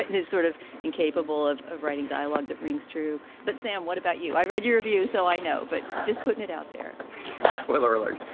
and is sort of incapable of of writing dialogue. that rings true. but, sam, what about you? i read your review, so. i know. but just putting it out there spoiler alert.